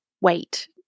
wait